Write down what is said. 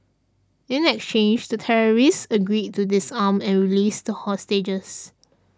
in exchange the terrorists agreed to disarm and released the hostages